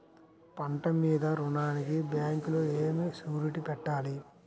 పంట మీద రుణానికి బ్యాంకులో ఏమి షూరిటీ పెట్టాలి?